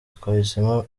twahisemo